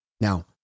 Now